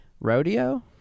rodeo